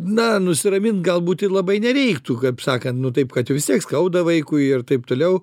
na nusiramint galbūt ir labai nereiktų kaip sakant nu taip kad vis tiek skauda vaikui ir taip toliau